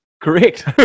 Correct